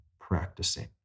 practicing